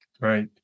Right